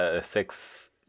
six